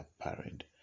apparent